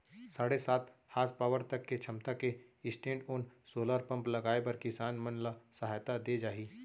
साढ़े सात हासपावर तक के छमता के स्टैंडओन सोलर पंप लगाए बर किसान मन ल सहायता दे जाही